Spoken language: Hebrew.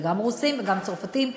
וגם רוסים וגם צרפתים,